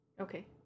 Okay